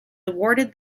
awarded